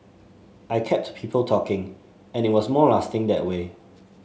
I kept people talking and it was more lasting that way